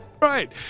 Right